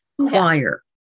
choir